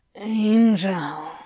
Angel